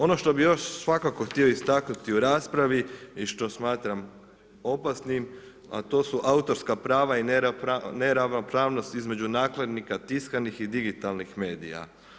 Ono što bi još svakako htio istaknuti u raspravi i što smatram opasnim a to su autorska prava i neravnopravnost između nakladnika tiskanih i digitalnih medija.